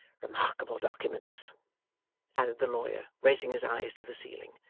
remarkable documents added the lawyer, raising his eyes to the ceiling,